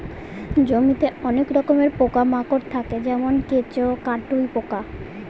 জমিতে অনেক রকমের পোকা মাকড় থাকে যেমন কেঁচো, কাটুই পোকা